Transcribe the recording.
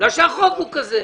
בגלל שהחוק הוא כזה.